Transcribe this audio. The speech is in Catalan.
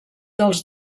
dels